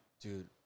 Dude